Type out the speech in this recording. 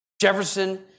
Jefferson